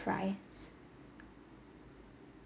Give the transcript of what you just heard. price